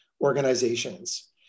organizations